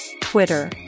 Twitter